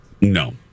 No